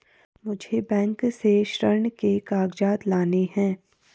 मुझे बैंक से ऋण के कागजात लाने हैं